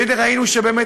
והינה, ראינו שבאמת